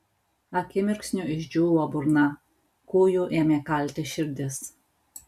akimirksniu išdžiūvo burna kūju ėmė kalti širdis